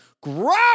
Gross